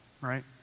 right